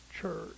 church